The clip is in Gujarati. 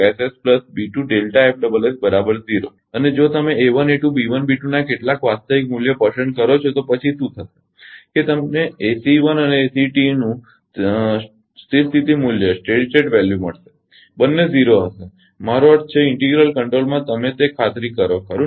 એ જ રીતે અને જો તમે ના કેટલાક વાસ્તવિક મૂલ્ય પસંદ કરો છો તો પછી શું થશે કે તમને ACE 1 અને ACE 2 નું સ્થિર સ્થિતી મૂલ્ય મળશે બંને 0 હશે મારો અર્થ છે ઇન્ટિગ્રલ કંટ્રોલ માં તમે તે ખાતરી કરો ખરુ ને